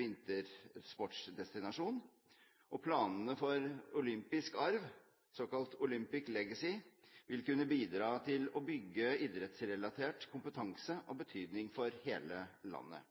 vintersportsdestinasjon. Planene for olympisk arv, såkalt Olympic legacy, vil kunne bidra til å bygge idrettsrelatert kompetanse av betydning for hele landet.